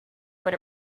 but